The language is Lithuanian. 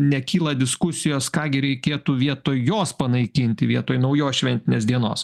nekyla diskusijos ką gi reikėtų vietoj jos panaikinti vietoj naujos šventinės dienos